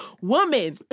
woman